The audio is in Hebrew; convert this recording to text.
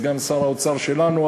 סגן שר האוצר שלנו,